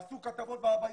עשו כתבות בעיתונים,